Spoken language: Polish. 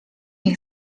nie